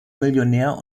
millionär